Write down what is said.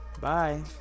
bye